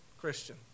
Christian